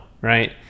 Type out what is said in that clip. right